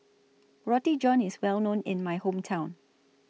Roti John IS Well known in My Hometown